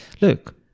Look